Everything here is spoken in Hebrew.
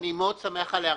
אני מאוד שמח על ההערה.